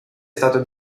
stato